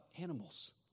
animals